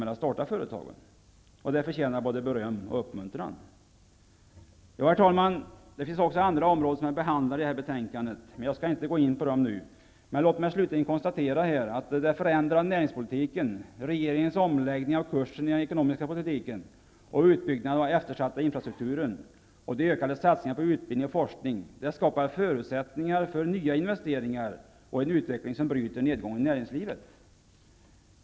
Denna verksamhet förtjänar både beröm och uppmuntran. Herr talman! Det finns också andra områden som behandlas i betänkandet, men jag skall inte nu gå in på dem. Låt mig slutligen konstatera att den förändrade näringspolitiken, regeringens omläggning av kursen i den ekonomiska politiken, utbyggnaden av den eftersatta infrastrukturen och de ökade satsningarna på utbildning och forskning skapar förutsättningar för nya investeringar och en utveckling som bryter nedgången i näringslivet.